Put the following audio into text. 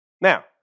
Now